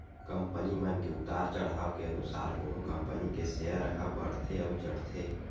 company मन के उतार चड़हाव के अनुसार कोनो कंपनी के सेयर ह बड़थे अउ चढ़थे